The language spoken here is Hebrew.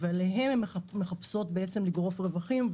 ועליהם הן מחפשות לגרוף רווחים.